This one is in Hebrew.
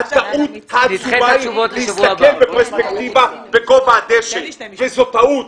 הטעות העצומה היא להסתכל בפרספקטיבה בגובה הדשא וזאת טעות.